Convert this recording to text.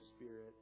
Spirit